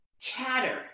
chatter